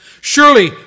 Surely